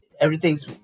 everything's